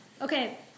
Okay